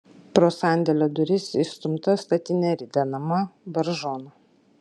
pro sandėlio duris išstumta statinė ridenama baržon